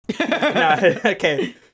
Okay